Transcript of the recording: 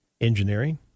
Engineering